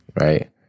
right